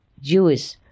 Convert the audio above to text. Jewish